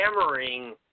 hammering